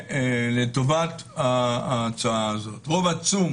לטובת ההצעה הזאת רוב עצום